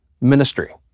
ministry